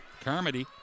Carmody